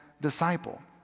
disciple